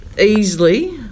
easily